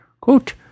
Quote